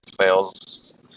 fails